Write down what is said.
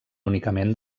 únicament